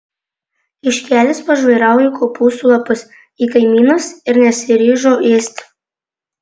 kiškelis pažvairavo į kopūstų lapus į kaimynus ir nesiryžo ėsti